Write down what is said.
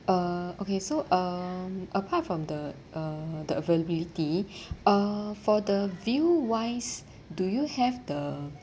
uh okay so um apart from the uh the availability uh for the view wise do you have the